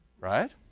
right